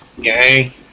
Gang